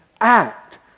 act